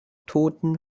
toten